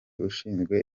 ushinzwe